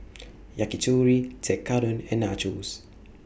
Yakitori Tekkadon and Nachos